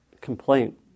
complaint